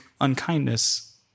unkindness